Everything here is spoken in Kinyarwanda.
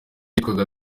yitwaga